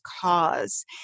cause